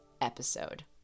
episode